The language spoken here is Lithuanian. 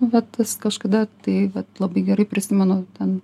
vat kažkada tai labai gerai prisimenu ten